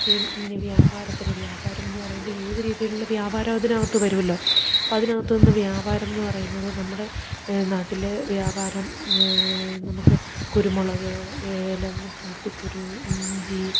ഈ വ്യാപാരത്തിന് വ്യാപാരമെന്നു പറയുമ്പോൾ ഏതു രീതിയിലുള്ള വ്യാപാരം അതിനകത്തു വരുമല്ലോ അപ്പം അതിനകത്തു നിന്ന് വ്യാപാരമെന്നു പറയുന്നത് നമ്മുടെ നാട്ടിൽ വ്യാപാരം നമുക്ക് കുരുമുളക് ഏലം കാപ്പിക്കുരു ഇഞ്ചി